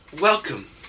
welcome